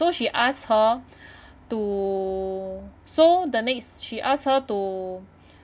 ~o she asked her to so the next she ask her to